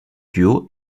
duo